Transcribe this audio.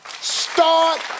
Start